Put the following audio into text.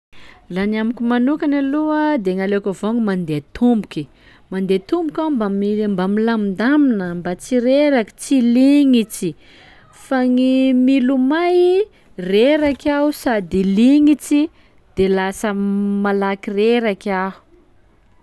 Laha ny amiko manokany aloha de gny aleoko avao ny mandeha tomboky, mandeha tomboky aho mba mi- mba milamindamina, mba tsy reraky, tsy lignitsy fa gny milomay reraky aho sady lignitsy de lasa m- malaky reraky aho.